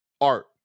Art